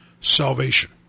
salvation